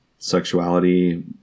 sexuality